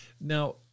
Now